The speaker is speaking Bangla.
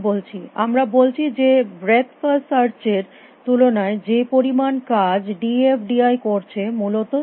আমরা বলছি যে ব্রেথ ফার্স্ট সার্চ এর এর তুলনায় যে পরিমাণ কাজ ডি এফ ডি আই করছে মূলত তুচ্ছ ভাবে